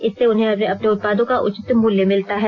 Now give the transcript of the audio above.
इससे उन्हें अपने उत्पादों का उचित मूल्य मिलता है